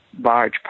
large